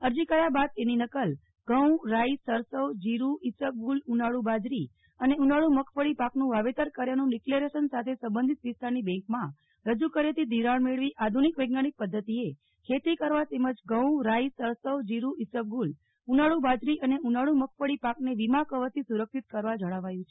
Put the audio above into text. અરજી કર્યા બાદ તેની નકલ ઘઉં રાઇસરસવ જીરૂ ઇસબગુલ ઉનાળુ બાજરી અને ઉનાળુ મગફળી પાકનુ વાવેતર કર્યાનું ડીક્લેરેશન સાથે સબંધિત વિસ્તારની બેંકમાં રજુ કર્યેથી ધિરાણ મેળવી આધુનીક વૈજ્ઞાનીક પધ્ધતિએ ખેતી કરવા તેમજ ઘઉ રાઇ સરસવ જીરૂ ઇસબગુલ ઉનાળુ બાજરી અને ઉનાળુ મગફળી પાકને વિમા કવયથી સુરક્ષિત કરવા જણાવ્યું છે